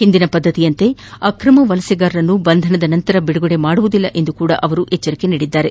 ಹಿಂದಿನ ಪದ್ದತಿಯಂತೆ ಅಕ್ರಮ ವಲಸೆಗಾರರನ್ನು ಬಂಧನದ ನಂತರ ಬಿಡುಗಡೆ ಮಾಡುವುದಿಲ್ಲ ಎಂದು ಸಹ ಅವರು ಎಚ್ಚರಿಸಿದ್ದಾರೆ